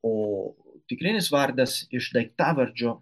o tikrinis vardas iš daiktavardžio